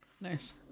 Nice